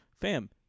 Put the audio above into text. Fam